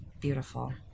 beautiful